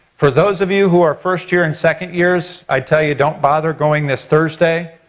for those of you who are first year and second years i'd tell you don't bother going this thursday,